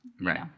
right